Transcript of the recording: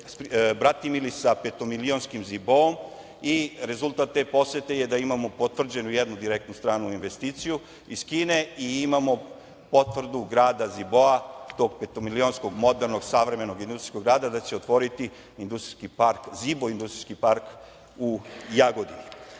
bratimili sa petomilionskim Ziboom i rezultat te posete je da imamo potvrđenu jednu direktnu stranu investiciju iz Kine i imamo potvrdu grada Ziboa, tog petomilionskog modernog, savremenog industrijskog grada da će otvoriti industrijski Zibo industrijski park u Jagodini.